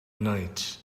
night